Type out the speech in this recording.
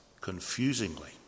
confusingly